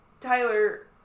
Tyler